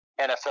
NFL